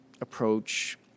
approach